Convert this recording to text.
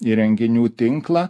įrenginių tinklą